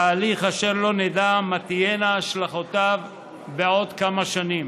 תהליך אשר לא נדע מה תהיינה השלכותיו בעוד כמה שנים.